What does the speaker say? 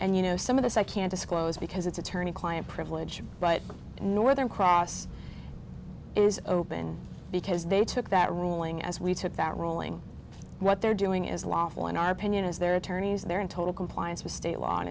and you know some of this i can't disclose because it's attorney client privilege but northern cross is open because they took that ruling as we took that ruling what they're doing is lawful in our opinion as their attorneys they're in total compliance with state law